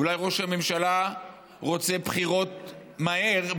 אולי ראש הממשלה צריך בחירות מהר,